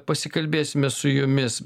pasikalbėsime su jumis